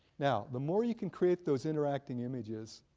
now, the more you can create those interacting images,